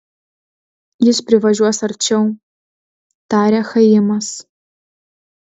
jis privažiuos arčiau tarė chaimas